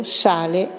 sale